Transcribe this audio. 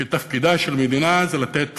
שתפקידה של המדינה זה לתת